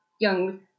young